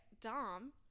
Dom